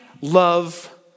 love